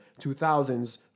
2000s